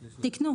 תיקנו.